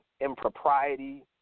impropriety